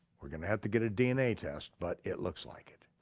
we're gonna have to get a dna test, but it looks like it.